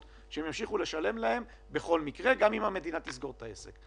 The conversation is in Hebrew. שהם ימשיכו לשלם גם אם המדינה תסגור את העסק.